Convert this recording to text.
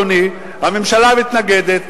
אדוני: הממשלה מתנגדת,